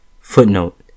Footnote